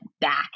back